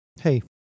Hey